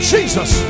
Jesus